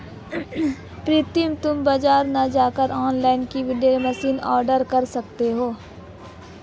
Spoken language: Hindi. प्रितम तुम बाजार ना जाकर ऑनलाइन ही विनोइंग मशीन ऑर्डर कर सकते हो